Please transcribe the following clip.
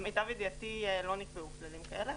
למיטב ידיעתי לא נקבעו כללים כאלה.